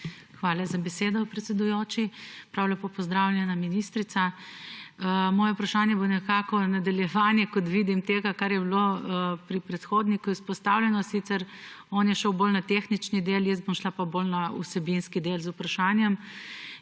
Hvala za besedo, predsedujoči. Prav lepo pozdravljeni, ministrica! Moje vprašanje bo nadaljevanje, kot vidim, tega, kar je bilo pri predhodniku izpostavljeno. Sicer je on šel bolj na tehnični del, jaz bom šla pa z vprašanjem